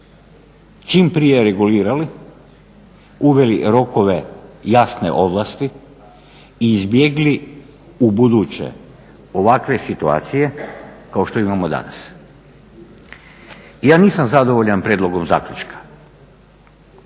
čim prije regulirali, uveli rokove jasne ovlasti i izbjegli ubuduće ovakve situacije kao što imamo danas. Ja nisam zadovoljan prijedlogom zaključka.